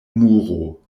muro